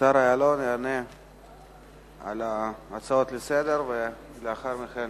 יעלון יענה על ההצעות לסדר-היום.